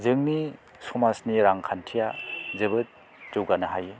जोंनि समाजनि रांखान्थिआ जोबोद जौगानो हायो